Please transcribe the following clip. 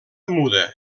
muda